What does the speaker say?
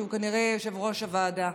הוא כנראה יושב-ראש הוועדה.